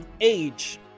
age